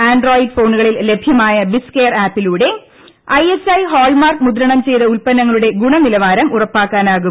Android ഫ്രെട്ടണ്ട്കളിൽ ലഭ്യമായ BIS care ആപ്പിലൂടെ ഐ എസ് ർക്എ ഹാൾമാർക്ക് മുദ്രണം ചെയ്ത ഉൽപ്പന്നങ്ങളുടെ ്ഗുണ്നിലവാരം ഉറപ്പാക്കാനാകും